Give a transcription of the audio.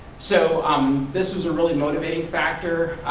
so um this was a really motivating factor.